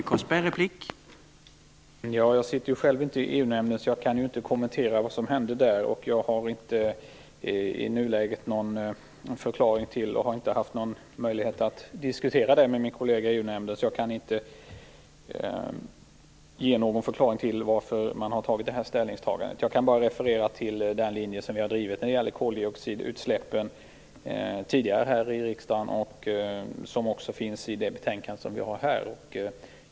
Herr talman! Jag sitter ju inte själv i EU-nämnden, så jag kan inte kommentera vad som hände där. Jag har inte i nuläget någon förklaring till detta. Jag har inte haft möjlighet att diskutera detta med min kollega i EU-nämnden. Jag kan inte ge någon förklaring till varför man har gjort det här ställningstagandet. Jag kan bara referera till den linje som vi har drivit tidigare här i riksdagen när det gäller koldioxidutsläppen. Den finns också i det betänkande vi har här.